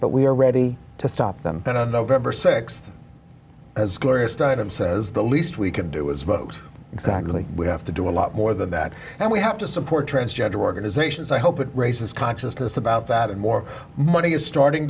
but we're ready to stop them going to november sixth as gloria steinem says the least we could do is vote exactly we have to do a lot more than that and we have to support transgender organizations i hope it raises consciousness about that and more money is starting